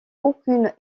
aucune